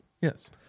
Yes